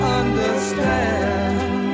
understand